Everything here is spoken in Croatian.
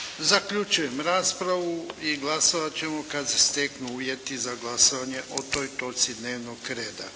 Zaključujem raspravu. I glasovati ćemo kada se steknu uvjeti za glasovanje o toj točci dnevnog reda.